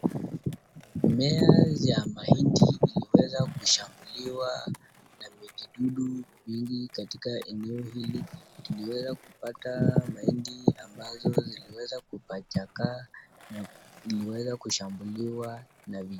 Mimea ya mahindi imeweza kushambuliwa na vijidudu mingi. katika eneo hili, tuliweza kupata mahindi ambazo ziliweza kuchapakaa na iliweza kushambuliwa na vijidudu.